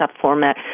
format